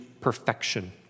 perfection